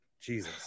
Jesus